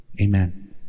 Amen